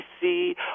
see